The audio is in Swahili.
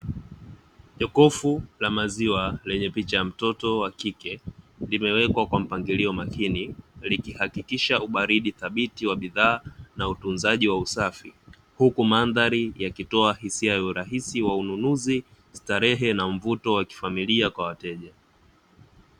Jokofu la maziwa lenye picha ya mtoto wa kike limewekwa kwa mpangilio makini likihakikisha ubaridi thabiti wa bidhaa na utunzaji wa usafi, huku mandhari yakitoa hisia ya urahisi wa ununuzi, starehe na mvuto wa kifamilia kwa wateja.